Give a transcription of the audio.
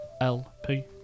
LP